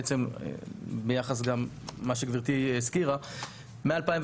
בעצם, ביחס, מה שגברתי הזכירה, מ-2018,